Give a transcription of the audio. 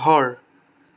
ঘৰ